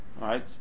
right